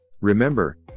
Remember